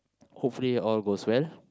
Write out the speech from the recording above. hopefully all goes well